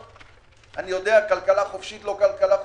אני יודע, כלכלה חופשית או לא כלכלה חופשית,